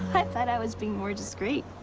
i thought i was being more discreet.